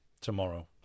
tomorrow